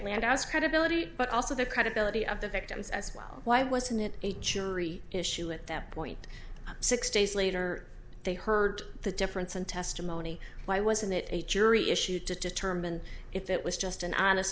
landau's credibility but also the credibility of the victims as well why wasn't it a jury issue at that point six days later they heard the difference and testimony why wasn't it a jury issue to determine if it was just an honest